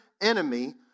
enemy